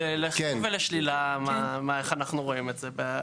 לחיוב ולשלילה איך אנחנו רואים את זה.